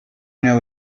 know